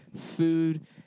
food